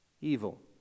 evil